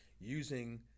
using